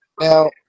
Now